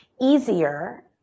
easier